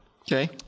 Okay